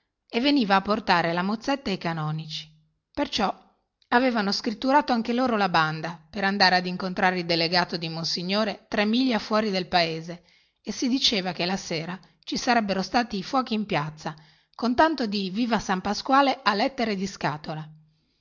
e veniva a portare la mozzetta ai canonici perciò avevano scritturato anche loro la banda per andare ad incontrare il delegato di monsignore tre miglia fuori del paese e si diceva che la sera ci sarebbero stati i fuochi in piazza con tanto di viva san pasquale a lettere di scatola